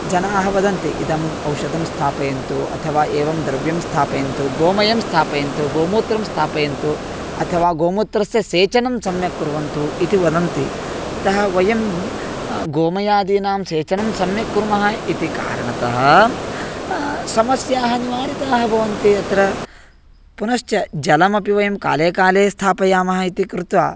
जनाः वदन्ति इदम् औषधं स्थापयन्तु अथवा एवं द्रव्यं स्थापयन्तु गोमयं स्थापयन्तु गोमूत्रं स्थापयन्तु अथ गोमूत्रस्य सेचनं सम्यक् कुर्वन्तु इति वदन्ति अतः वयं गोमयादीनां सेचनं सम्यक् कुर्मः इति कारणतः समस्याः निवारिताः भवन्ति अत्र पुनश्च जलमपि वयं काले काले स्थापयामः इति कृत्वा